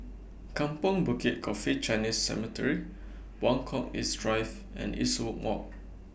Kampong Bukit Coffee Chinese Cemetery Buangkok East Drive and Eastwood Walk